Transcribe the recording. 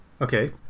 Okay